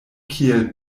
kiel